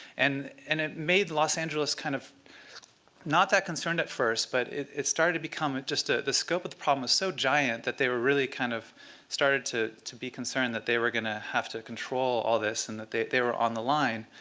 and and it made los angeles kind of not that concerned at first, but it it started to become just ah the scope of the problem is so giant that they really kind of started to to be concerned that they were going to have to control all this and that they they were on the line.